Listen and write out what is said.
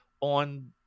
on